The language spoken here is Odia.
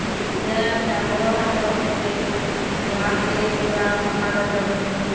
ଗାଏ ଇଟା ବଲଦ୍ ଆମେ ରଖ୍ସୁଁ ଯେ ଗୁହାଲ୍କେ ପୁରା ସଫା କରି ରଖ୍ସୁଁ